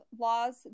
laws